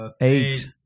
Eight